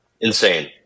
Insane